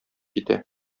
китә